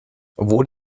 obwohl